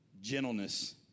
gentleness